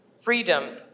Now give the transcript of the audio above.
Freedom